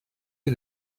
had